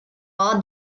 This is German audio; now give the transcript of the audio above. war